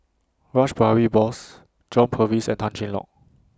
Rash Behari Bose John Purvis and Tan Cheng Lock